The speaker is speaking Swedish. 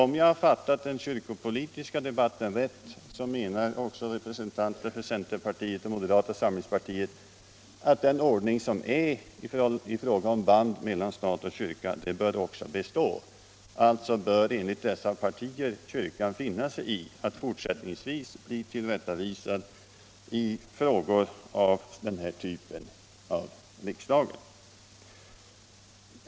Om jag har fattat den kyrkopolitiska debatten rätt menar representanterna för centerpartiet och moderata samlingspartiet att den ordning som råder när det gäller banden mellan stat och kyrka bör bestå. Alltså bör enligt dessa partier kyrkan fortsättningsvis finna sig i att bli tillrättavisad av riksdagen i frågor av denna typ.